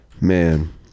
man